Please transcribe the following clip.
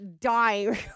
dying